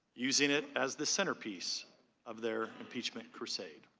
using it as the centerpiece of their impeachment crusade.